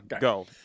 go